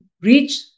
reach